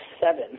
seven